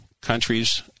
countries